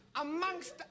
Amongst